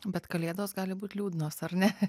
bet kalėdos gali būt liūdnos ar ne